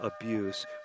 Abuse